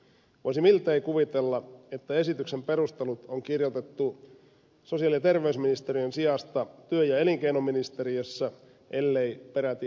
voisi miltei kuvitella että esityksen perustelut on kirjoitettu sosiaali ja terveysministeriön sijasta työ ja elinkeinoministeriössä ellei peräti etelärannassa